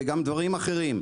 גם דברים אחרים.